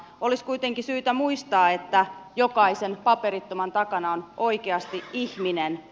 olisi kuitenkin syytä muistaa että jokaisen paperittoman takana on oikeasti ihminen